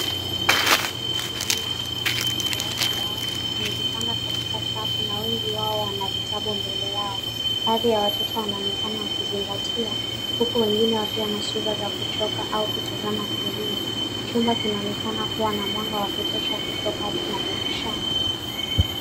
Watoto wa shule ya msingi wamekaa kwenye madawati yao. Wamejipanga katika safu, na wengi wao wana vitabu mbele yao. Hali ya watoto wanaonekana wakizingatia, huku wengine wakiwa na sura za kuchoka au kutazama kwingine. Chumba kinaonekana kuwa na mwanga wa kutosha kutoka madirishani.